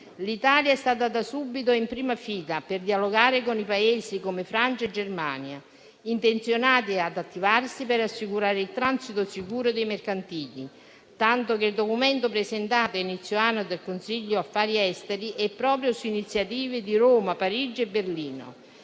L'Italia è stata da subito in prima fila per dialogare con i Paesi, come Francia e Germania, intenzionati ad attivarsi per assicurare il transito sicuro dei mercantili, tanto che il documento presentato a inizio anno dal Consiglio affari esteri è proprio su iniziativa di Roma, Parigi e Berlino.